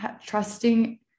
trusting